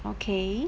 okay